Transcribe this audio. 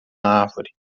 árvore